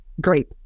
great